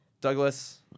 Douglas